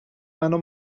منو